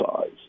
size